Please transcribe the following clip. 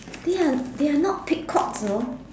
they are they are not peacocks you know